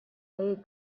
made